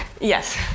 Yes